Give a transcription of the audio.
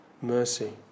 mercy